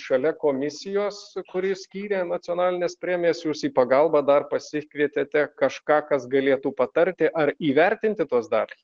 šalia komisijos kuri skyrė nacionalines premijas jūs į pagalbą dar pasikvietėte kažką kas galėtų patarti ar įvertinti tuos darbus